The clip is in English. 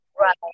Right